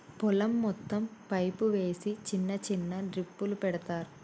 పొలం మొత్తం పైపు వేసి చిన్న చిన్న డ్రిప్పులు పెడతార్